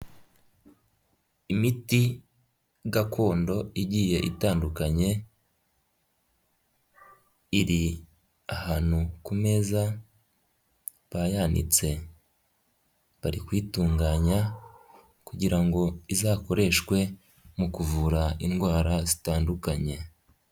Imiti gakondo igiye itandukanye iri ahantu ku meza bayanitse bari kuyitunganya kugira ngo izakoreshwe mu kuvura indwara zitandukanye.